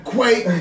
Quake